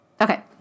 Okay